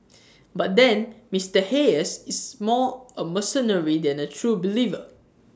but then Mister Hayes is more A mercenary than A true believer